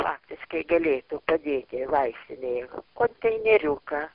praktiškai galėtų padėti vaistinėje konteineriuką